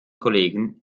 kollegen